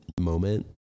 moment